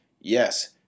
Yes